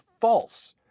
false